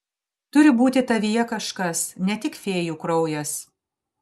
turi būti tavyje kažkas ne tik fėjų kraujas